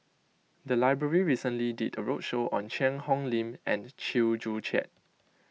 the library recently did a roadshow on Cheang Hong Lim and Chew Joo Chiat